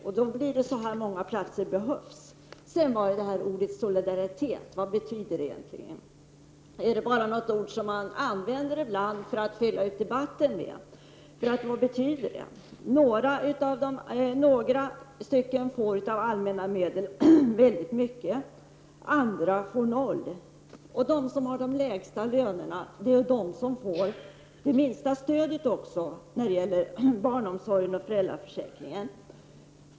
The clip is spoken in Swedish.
Och då blir det så många platser som behövs. Sedan till ordet solidaritet. Vad betyder det egentligen? Är det bara ett ord som man ibland använder för att fylla ut i debatten? Vad betyder ordet? Några får väldigt mycket av allmänna medel, medan andra får noll. De som har de lägsta lönerna får det minsta stödet när det gäller barnomsorgen och föräldraförsäkringen.